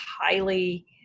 highly